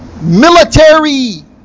military